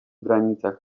granicach